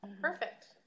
Perfect